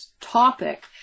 topic